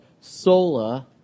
Sola